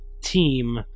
team